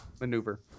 maneuver